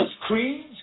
creeds